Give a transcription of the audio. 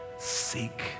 Seek